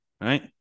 right